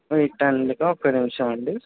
ఇలా అండి ఒక్క నిమిషమండి